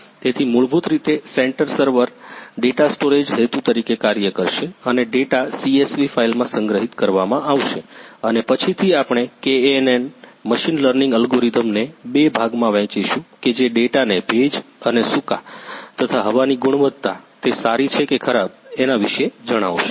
તેથી મૂળભૂત રીતે સેન્ટર સર્વર ડેટા સ્ટોરેજ હેતુ તરીકે કાર્ય કરશે અને ડેટા CSV ફાઇલમાં સંગ્રહિત કરવામાં આવશે અને પછીથી આપણે KNN મશીન લર્નિંગ અલગોરિધમને બે ભાગ માં વહેચીશું કે જે ડેટા ને ભેજ અને સુકા તથા હવાની ગુણવત્તા તે સારી છે કે ખરાબ વિશે જણાવશે